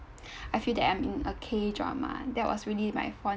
I feel that I am in a k-drama that was really my fond